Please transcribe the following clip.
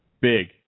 Big